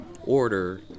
order